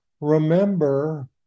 remember